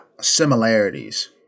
similarities